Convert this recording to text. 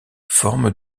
forme